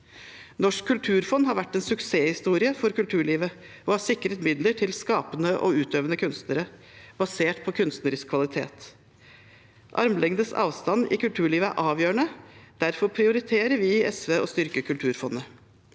Norsk kulturfond har vært en suksesshistorie for kulturlivet og har sikret midler til skapende og utøvende kunstnere basert på kunstnerisk kvalitet. Armlengdes avstand i kulturlivet er avgjørende, derfor prioriterer vi i SV å styrke Kulturfondet.